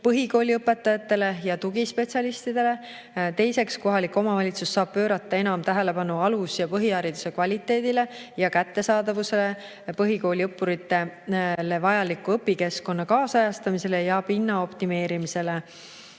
põhikooliõpetajatele ja tugispetsialistidele, teiseks, kohalik omavalitsus saab pöörata enam tähelepanu alus- ja põhihariduse kvaliteedile ja kättesaadavusele, põhikooliõppuritele vajaliku õpikeskkonna ajakohastamisele ja pinna optimeerimisele,